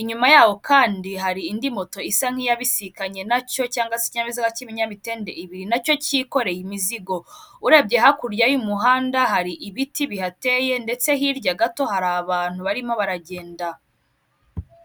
inyuma yaho kandi hari indi moto isa nk'iyabisikanye nacyo cyangwa se ikinyabiziga cy'ibinyamitende ibiri nacyo kikoreye imizigo, urebye hakurya y'umuhanda hari ibiti bihateye ndetse hirya gato hari abantu barimo baragenda.